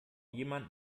jemand